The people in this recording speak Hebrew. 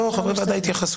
לא, חברי ועדה יתייחסו.